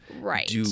right